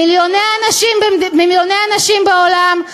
מיליוני אנשים בעולם,